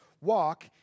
Walk